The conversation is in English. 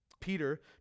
Peter